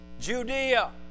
Judea